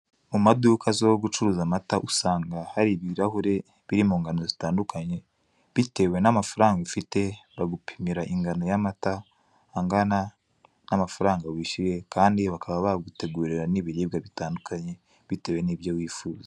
Mu maduka azwiho gucuruza amata usanga hari ibirahure biri mu ngano zitandukanye bitewe n'amafaranga ufite, bagupimira amata ingano angana n'amafaranga wishyuye kandi bakaba bagutegurira n'ibiribwa bitandukanye bitewe n'ibyo wifuza.